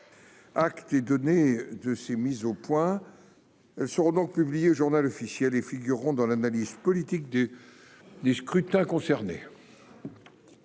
Acte est donné de ces mises au point. Elles seront publiées au et figureront dans l'analyse politique des scrutins concernés.